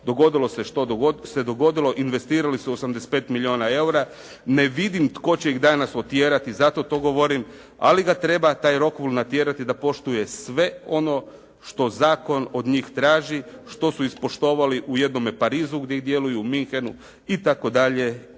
Dogodilo se što se dogodilo, investirali su 85 milijuna eura. Ne vidim tko će ih danas otjerati, zato to govorim, ali ga treba, taj Rockwool natjerati da poštuje sve ono što zakon od njih traži, što su ispoštovali u jednome Parizu gdje djeluju, u Muenchenu itd.,